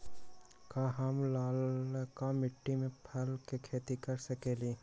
का हम लालका मिट्टी में फल के खेती कर सकेली?